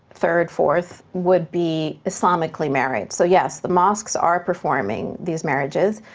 third, fourth, would be islamically married. so, yes, the mosques are performing these marriages,